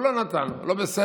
הוא לא נתן, הוא לא בסדר,